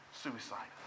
Suicide